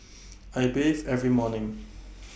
I bathe every morning